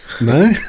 No